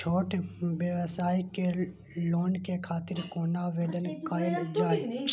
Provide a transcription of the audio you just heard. छोट व्यवसाय के लोन के खातिर कोना आवेदन कायल जाय?